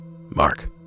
Mark